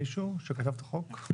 מישהו שכתב את החוק.